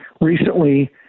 recently